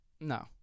no